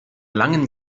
langen